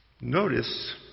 Notice